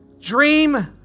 Dream